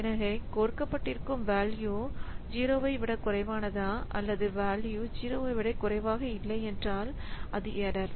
எனவே கொடுக்கப்பட்டிருக்கும் வேல்யூ 0 விட குறைவானதா அல்லது வேல்யூ 0 விட குறைவாக இல்லையென்றால் அது எரர்